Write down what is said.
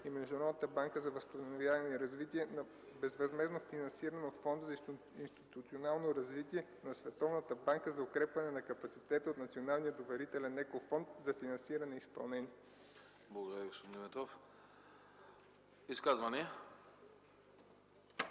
и Международната банка за възстановяване и развитие за безвъзмездно финансиране от Фонда за институционално развитие на Световната банка за укрепване на капацитета на Националния доверителен Еко Фонд за финансиране и изпълнение.” ПРЕДСЕДАТЕЛ